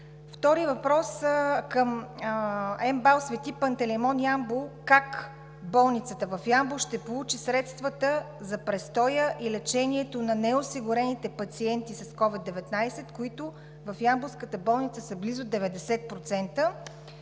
Втори въпрос към МБАЛ „Св. Пантелеймон“ – Ямбол: как болницата в Ямбол ще получи средствата за престоя и лечението на неосигурените пациенти с COVID-19, които в ямболската болница са близо 90%?